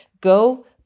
go